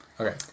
Okay